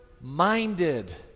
minded